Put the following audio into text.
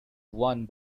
one